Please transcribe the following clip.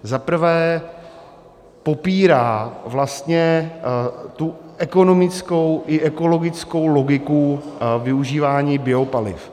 Za prvé popírá vlastně ekonomickou i ekologickou logiku využívání biopaliv.